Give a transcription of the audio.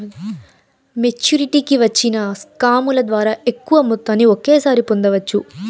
మెచ్చురిటీకి వచ్చిన స్కాముల ద్వారా ఎక్కువ మొత్తాన్ని ఒకేసారి పొందవచ్చు